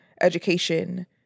education